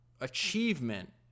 achievement